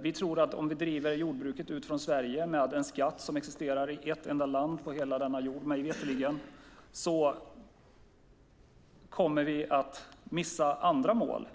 Vi tror att om vi driver ut jordbruket från Sverige, med all den skatt som existerar i ett enda land på hela denna jord, mig veterligen, kommer vi att missa andra mål.